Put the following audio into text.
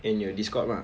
eh 你有 Discord mah